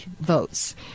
votes